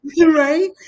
Right